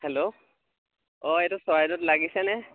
hello অঁ এইটো চৰাইদেউত লাগিছেনে